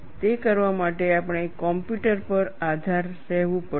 તે કરવા માટે આપણે કમ્પ્યુટર પર આધાર રહેવું પડશે